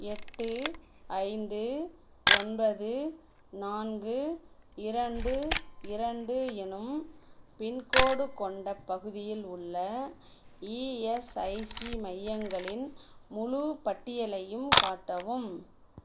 எட்டு ஐந்து ஒன்பது நான்கு இரண்டு இரண்டு எனும் பின்கோடு கொண்ட பகுதியில் உள்ள இஎஸ்ஐசி மையங்களின் முழுப் பட்டியலையும் காட்டவும்